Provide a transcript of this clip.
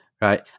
Right